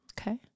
Okay